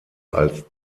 als